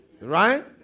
right